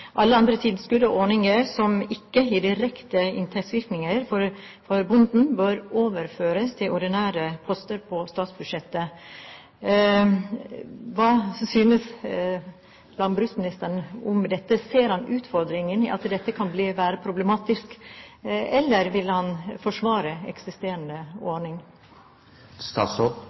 Alle andre tilskudd og ordninger som ikke gir direkte inntektsvirkninger for bonden, bør overføres til ordinære poster på statsbudsjettet. Hva synes landbruksministeren om dette? Ser han utfordringen i at dette kan være problematisk, eller vil han forsvare eksisterende